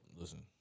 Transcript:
listen